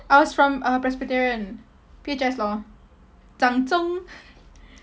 I was from uh presbyterian P_H_S lor 长中